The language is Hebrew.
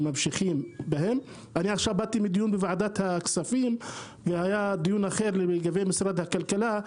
באתי עכשיו מדיון בוועדת הכספים לגבי משרד הכלכלה,